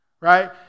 right